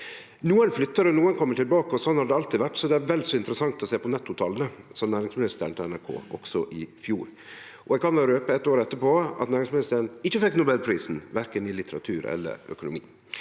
Nokon flyttar og nokon kjem tilbake, og sånn har det alltid vore, så det er vel så interessant å sjå på nettotala, sa næringsministeren til NRK, også i fjor. Eg kan vel røpe, eitt år etterpå, at næringsministeren ikkje fekk Nobelprisen, verken i litteratur eller i økonomi.